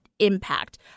Impact